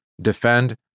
defend